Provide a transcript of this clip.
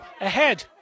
ahead